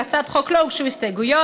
להצעת החוק לא הוגשו הסתייגויות.